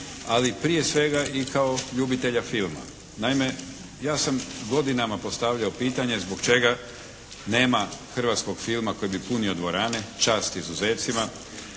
ali prije svega i kao ljubitelja filma. Naime ja sam godinama postavljao pitanje zbog čega nema hrvatskog filma koji bi punio dvorane, čast izuzecima.